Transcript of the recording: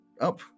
up